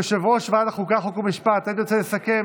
יושב-ראש ועדת חוקה חוק ומשפט, האם תרצה לסכם